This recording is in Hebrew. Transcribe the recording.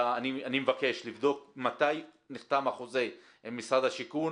אני מבקש לבדוק מתי נחתם החוזה עם משרד השיכון